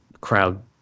crowd